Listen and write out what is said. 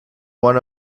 won